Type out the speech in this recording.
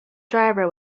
driver